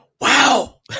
Wow